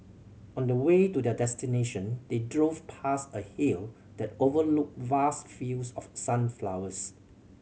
on the way to their destination they drove past a hill that overlooked vast fields of sunflowers